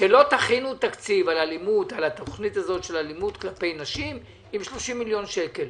שלא תכינו תקציב על התוכנית הזאת של אלימות כלפי נשים עם 30 מיליון שקל.